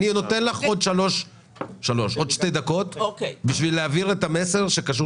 יש לך עוד שתי דקות כדי להעביר את המסר שקשור